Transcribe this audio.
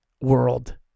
world